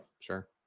Sure